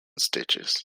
stitches